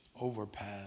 overpass